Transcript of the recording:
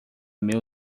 meu